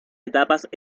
etapas